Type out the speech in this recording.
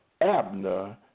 Abner